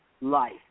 life